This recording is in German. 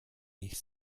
ich